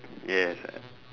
yes